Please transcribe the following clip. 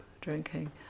drinking